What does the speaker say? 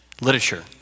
literature